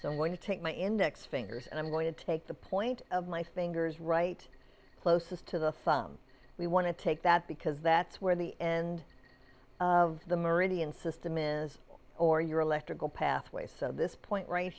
so i'm going to take my index fingers and i'm going to take the point of my fingers right closest to the thumb we want to take that because that's where the end of the meridian system is or your electrical pathways so this point right